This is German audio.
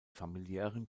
familiären